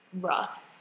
rough